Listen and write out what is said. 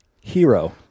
Hero